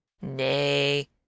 Nay